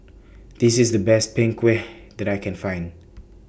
This IS The Best Png Kueh that I Can Find